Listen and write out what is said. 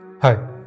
Hi